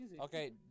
Okay